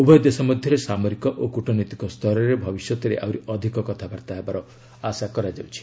ଉଭୟ ଦେଶ ମଧ୍ୟରେ ସାମରିକ ଓ କୃଟନୈତିକ ସ୍ତରରେ ଭବିଷ୍ୟତରେ ଆହୁରି ଅଧିକ କଥାବାର୍ତ୍ତା ହେବାର ଆଶା କରାଯାଉଛି